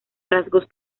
rasgos